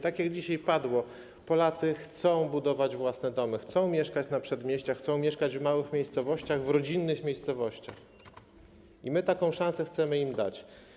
Tak jak dzisiaj powiedziano, Polacy chcą budować własne domy, chcą mieszkać na przedmieściach, chcą mieszkać w małych miejscowościach, w rodzinnych miejscowościach, a my taką szansę chcemy im dać.